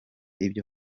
ibyo